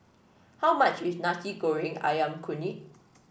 how much is Nasi Goreng ayam kunyit